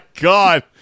god